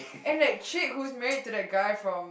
and like chick who is married to the guy from